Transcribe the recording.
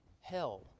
hell